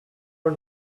are